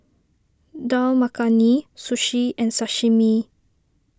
Dal Makhani Sushi and Sashimi